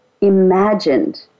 imagined